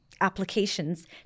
applications